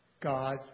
God